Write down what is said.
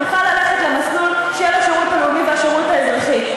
יוכל ללכת למסלול של השירות הלאומי והשירות האזרחי,